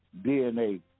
DNA